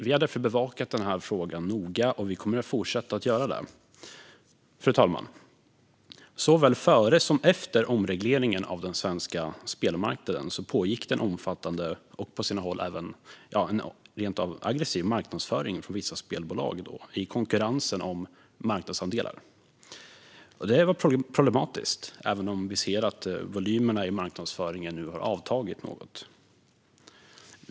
Vi har därför bevakat frågan noga, och vi kommer att fortsätta att göra det. Fru talman! Såväl före som efter omregleringen av den svenska spelmarknaden pågick det en omfattande och rent av aggressiv marknadsföring från vissa spelbolag i konkurrensen om marknadsandelar. Det var problematiskt, även om vi ser att volymerna i marknadsföringen nu har avtagit något.